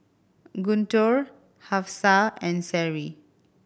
Guntur Hafsa and Seri